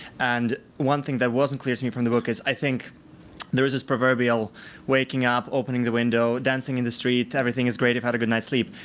and one thing that wasn't clear to me from the book is i think there is this proverbial waking up, opening the window, dancing in the street, everything is great, i've had a good night's sleep.